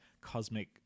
cosmic